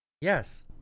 Yes